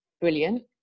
brilliant